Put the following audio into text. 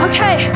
Okay